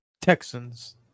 Texans